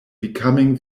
becoming